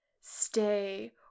Stay